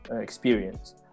experience